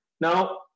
Now